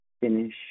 finish